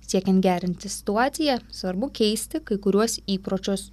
siekiant gerinti situaciją svarbu keisti kai kuriuos įpročius